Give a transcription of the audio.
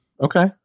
Okay